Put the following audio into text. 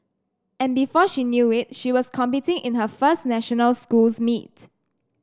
and before she knew it she was competing in her first national schools meet